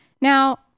Now